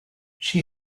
she